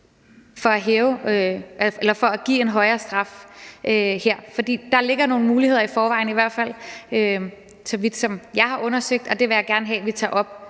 for at give en højere straf her. For der ligger nogle muligheder i forvejen, i hvert fald så vidt jeg har undersøgt, og det vil jeg gerne have vi tager op